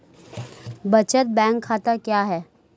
बचत बैंक खाता क्या है?